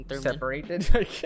Separated